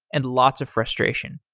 and lots of frustration.